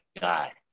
guy